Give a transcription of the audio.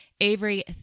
Avery